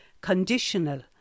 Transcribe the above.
conditional